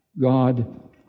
God